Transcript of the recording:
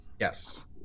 Yes